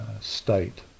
state